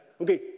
Okay